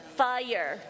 fire